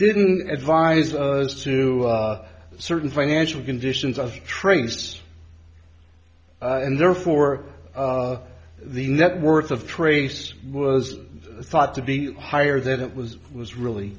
didn't advise to certain financial conditions of trades and therefore the net worth of trace was thought to be higher than it was was really